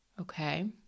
Okay